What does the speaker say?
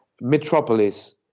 Metropolis